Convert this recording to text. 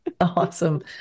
Awesome